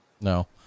no